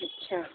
اچھا